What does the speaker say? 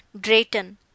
Drayton